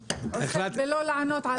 עוסק בלא לענות על כלום.